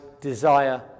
desire